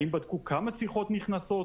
האם בדקו כמה שיחות נכנסות?